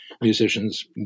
musicians